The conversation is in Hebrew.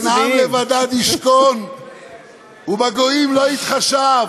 "הן עם לבדד ישכן ובגוים לא יתחשב"